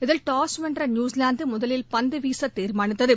இதில் டாஸ் வென்ற நியூஸிலாந்து முதலில் பந்து வீச தீர்மானித்தது